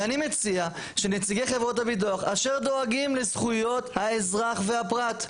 ואני מציע שנציגי חברות הביטוח אשר דואגים לזכויות האזרח והפרט,